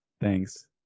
thanks